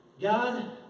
God